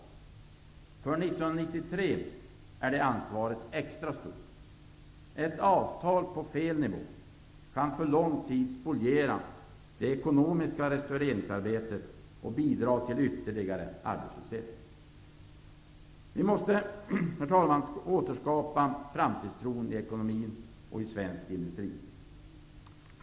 För 1993 är det ansvaret extra stort. Ett avtal på fel nivå kan för lång tid spoliera det ekonomiska restaureringsarbetet och bidra till ytterligare arbetslöshet. Vi måste återskapa framtidstron i svensk ekonomi och i svensk industri.